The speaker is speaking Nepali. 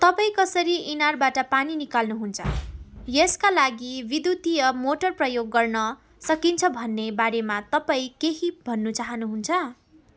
तपाईँ कसरी इनारबाट पानी निकाल्नुहुन्छ यसका लागि विद्युतीय मोटर प्रयोग गर्न सकिन्छ भन्ने बारेमा तपाईँ केही भन्नु चाहनुहुन्छ